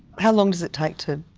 how long does it take to